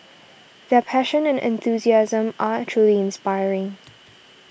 their passion and enthusiasm are truly inspiring